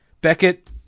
Beckett